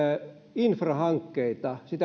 infrahankkeita